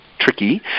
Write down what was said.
Tricky